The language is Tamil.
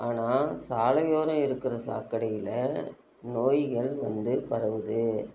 ஆனால் சாலையோரம் இருக்கிற சாக்கடையில் நோய்கள் வந்து பரவுது